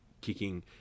kicking